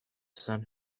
sun